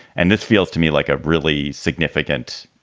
and this feels to me like a really significant